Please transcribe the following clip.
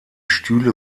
stühle